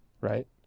right